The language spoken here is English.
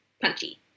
punchy